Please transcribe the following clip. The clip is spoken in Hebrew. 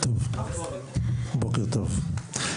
טוב בוקר טוב,